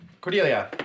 Cordelia